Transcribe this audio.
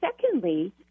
secondly